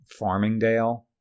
Farmingdale